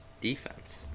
defense